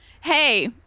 Hey